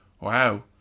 wow